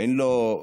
אין לו,